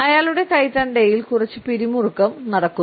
അയാളുടെ കൈത്തണ്ടയിൽ കുറച്ച് പിരിമുറുക്കം നടക്കുന്നു